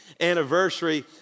anniversary